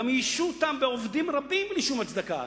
גם איישו אותם בעובדים רבים בלי שום הצדקה.